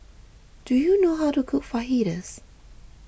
do you know how to cook Fajitas